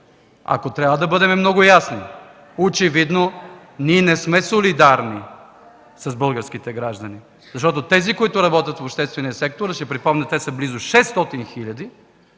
ако трябва да бъдем много ясни, очевидно ние не сме солидарни с българските граждани, защото тези, които работят в обществения сектор – ще припомня, че те са близо 600 000,